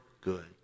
good